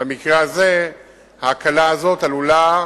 אבל במקרה הזה ההקלה הזאת עלולה